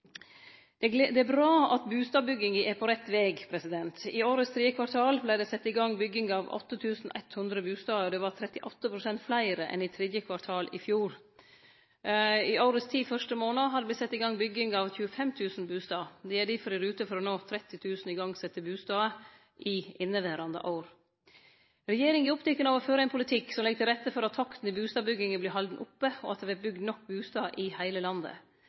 omhandla i dokumentet. Det er bra at bustadbygginga er på rett veg. I årets 3. kvartal vart det sett i gang bygging av 8 100 bustader, og det var 38 pst. fleire enn i 3. kvartal i fjor. I årets ti første månader har det vorte sett i gang bygging av 25 000 bustader. Me er dermed i rute for å nå 30 000 igangsette bustader i inneverande år. Regjeringa er oppteken av å føre ein politikk som legg til rette for at takta i bustadbygginga vert halden oppe, og at det vert bygt nok bustader i heile landet.